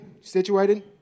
Situated